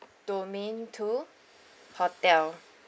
domain two hotel